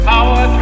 power